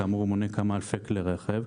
כאמור הוא מונה כמה אלפי כלי רכב,